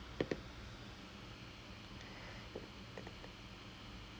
isn't that really bad no because I'm thinking about it if he had misdiagnosed